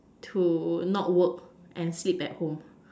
to not work and sleep at home